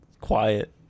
quiet